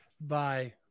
bye